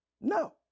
No